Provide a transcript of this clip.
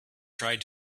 tried